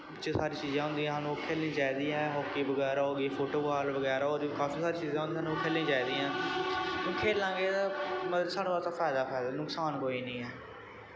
केई सारी चीजां होंदियां साह्नूं खेलनी चाही दी ऐ हॉक्की वगैरा हो गेई फुटबॉल वगैरा होर बी काफी सारी चीजां होंदियां न ओह् खेलनियां चाही दियां खेलनां बी मतलव साढ़ा ओह्दे च फायदा गै फायदा ऐ नुकसान कोई निं ऐ